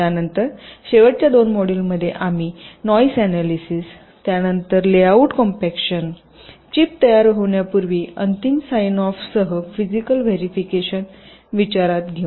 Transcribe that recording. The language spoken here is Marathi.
त्यानंतर शेवटच्या दोन मॉड्युलमध्ये आम्ही नॉईज ऍनॅलिस त्यानंतर लेआउट कॉम्पॅक्शनचिप तयार होण्यापूर्वी अंतिम साइन ऑफसह फिजीकल व्हेरिफिकेशन विचारात घेऊ